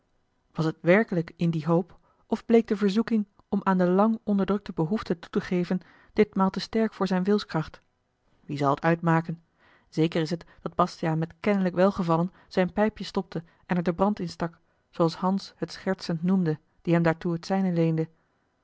was het werkelijk in die hoop of bleek de verzoeking om aan de lang onderdrukte behoefte toe te geven ditmaal te sterk voor zijne wilskracht wie zal het uitmaken zeker is het dat bastiaan met kennelijk welgevallen zijn pijpje stopte en er den brand in stak zooals hans het schertsend noemde die hem daartoe het zijne leende